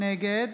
נגד